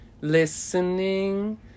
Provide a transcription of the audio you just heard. listening